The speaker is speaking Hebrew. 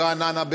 ברעננה,